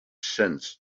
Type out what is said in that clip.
sense